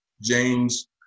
James